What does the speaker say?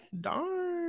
darn